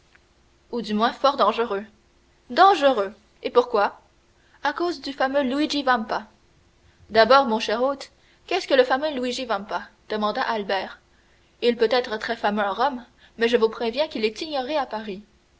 ou du moins fort dangereux dangereux et pourquoi à cause du fameux luigi vampa d'abord mon cher hôte qu'est-ce que le fameux luigi vampa demanda albert il peut être très fameux à rome mais je vous préviens qu'il est ignoré à paris